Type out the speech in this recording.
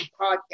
Podcast